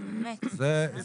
היכן שצריך,